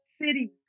city